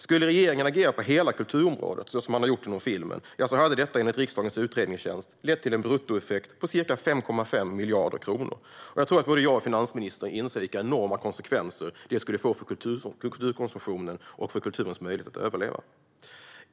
Skulle regeringen agera på hela kulturområdet så som man har gjort inom filmen skulle det, enligt riksdagens utredningstjänst, leda till en bruttoeffekt på ca 5,5 miljarder kronor. Jag tror att både jag och finansministern inser vilka enorma konsekvenser det skulle få för kulturkonsumtionen och för kulturens möjlighet att överleva.